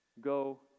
go